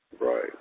right